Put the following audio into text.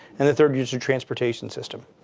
and the third use your transportation system.